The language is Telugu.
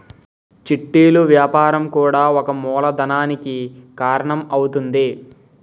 చిట్టీలు వ్యాపారం కూడా ఒక మూలధనానికి కారణం అవుతుంది